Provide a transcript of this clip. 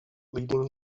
leading